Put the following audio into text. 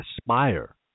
aspire